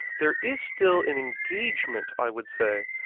there is still an engagement i would say,